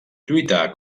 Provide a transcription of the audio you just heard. lluità